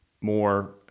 more